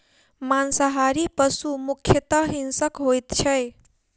मांसाहारी पशु मुख्यतः हिंसक होइत छै